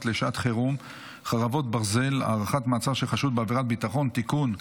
שעת חירום (חרבות ברזל) (הארכת מעצר לחשוד בעבירת ביטחון) (תיקון),